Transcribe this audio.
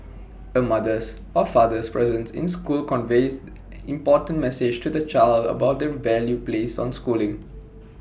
A mother's or father's presence in school conveys important message to the child about the value placed on schooling